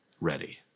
ready